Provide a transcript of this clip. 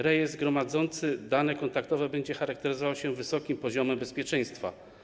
Rejestr gromadzący dane kontaktowe będzie charakteryzował się wysokim poziomem bezpieczeństwa.